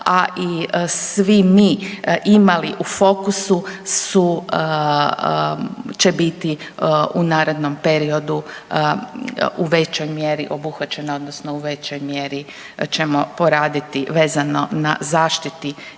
a i svi mi imali u fokusu će biti u narednom periodu u većoj mjeri obuhvaćeno odnosno u većoj mjeri ćemo poraditi vezano na zaštiti njihovih